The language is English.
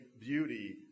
beauty